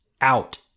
out